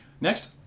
Next